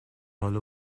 حالا